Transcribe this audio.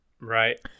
right